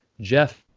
Jeff